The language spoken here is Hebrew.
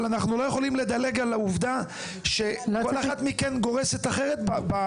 אבל אנחנו לא יכולים לדלג על העובדה שכל אחת מכן גורסת אחרת.